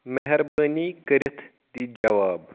مہربٲنی کٔرِتھ دِ جواب